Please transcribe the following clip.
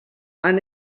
han